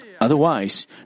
Otherwise